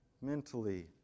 mentally